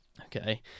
Okay